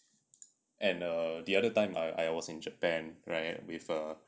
and the other time I I was in japan right with a